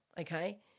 Okay